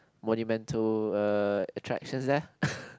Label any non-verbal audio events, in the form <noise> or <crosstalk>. monumental err attractions there <coughs>